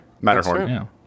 Matterhorn